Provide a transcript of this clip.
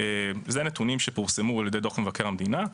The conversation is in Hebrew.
אלה הנתונים שפורסמו על ידי דוח מבקר המדינה,